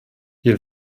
wir